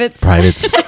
Privates